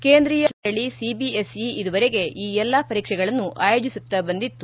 ಕೇಂದ್ರೀಯ ಪ್ರೌಢಶಿಕ್ಷಣ ಮಂಡಳಿ ಸಿಬಿಎಸ್ಇ ಇದುವರೆಗೆ ಈ ಎಲ್ಲ ಪರೀಕ್ಷೆಗಳನ್ನು ಆಯೋಜಿಸುತ್ತಾ ಬಂದಿತ್ತು